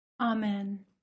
Amen